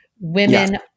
women